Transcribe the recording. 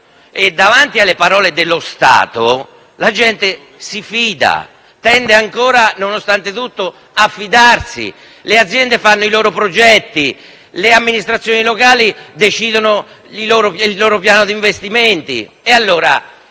davanti alle parole dello Stato, la gente si fida, tende ancora a fidarsi, nonostante tutto; le aziende fanno i loro progetti e le amministrazioni locali decidono il loro piano di investimenti.